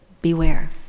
beware